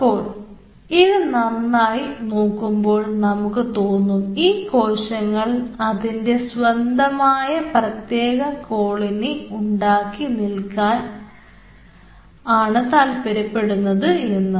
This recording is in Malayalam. അപ്പോൾ ഇത് നന്നായി നോക്കുമ്പോൾ നമുക്ക് തോന്നും ഈ കോശങ്ങൾ അതിൻറെ സ്വന്തമായ പ്രത്യേകം കോളനി ഉണ്ടാക്കി നിൽക്കാൻ ആണ് താൽപര്യപ്പെടുന്നത് എന്ന്